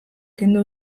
kendu